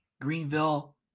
Greenville